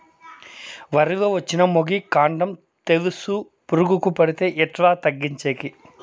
వరి లో వచ్చిన మొగి, కాండం తెలుసు పురుగుకు పడితే ఎట్లా తగ్గించేకి?